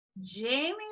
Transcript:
Jamie